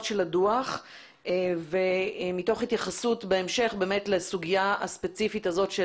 של הדוח מתוך התייחסות בהמשך לסוגיה הספציפית הזו של